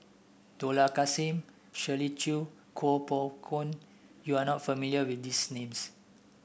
Dollah Kassim Shirley Chew Kuo Pao Kun you are not familiar with these names